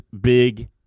Big